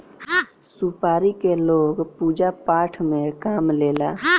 सुपारी के लोग पूजा पाठ में काम लेला